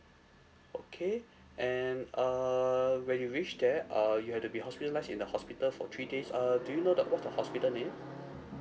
okay and um when you reach there uh you have to be hospitalised in the hospital for three days uh do you know the what's the hospital name